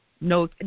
No